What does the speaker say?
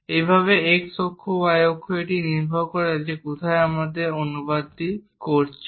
এইভাবে x অক্ষ y অক্ষ এটি নির্ভর করে আমরা ঠিক কোথায় অনুবাদ করছি